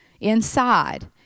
inside